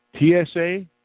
TSA